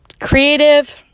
creative